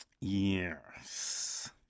Yes